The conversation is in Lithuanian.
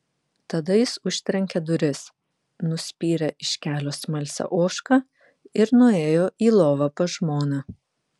tada jis užtrenkė duris nuspyrė iš kelio smalsią ožką ir nuėjo į lovą pas žmoną